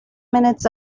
minutes